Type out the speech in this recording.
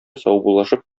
саубуллашып